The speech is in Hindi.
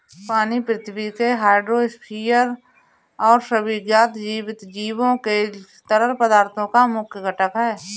पानी पृथ्वी के हाइड्रोस्फीयर और सभी ज्ञात जीवित जीवों के तरल पदार्थों का मुख्य घटक है